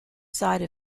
side